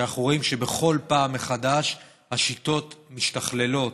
כי אנחנו רואים שבכל פעם מחדש השיטות משתכללות,